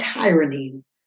tyrannies